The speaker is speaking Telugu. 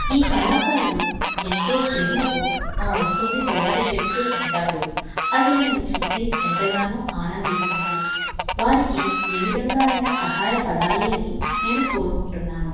ఈ కళాకారులు ఎంతో ప్రేమతో ఆ వస్తువుని తయారు చేస్తూ ఉంటారు అది నేను చూసి ఎంతగానో ఆనందిస్తున్నాను వారికి ఏ విధంగా అయిన సహాయపడాలి అని నేను కోరుకుంటున్నాను